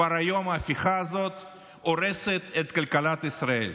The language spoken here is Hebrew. וכבר היום ההפיכה הזאת הורסת את כלכלת ישראל.